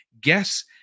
Guess